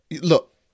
Look